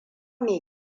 mai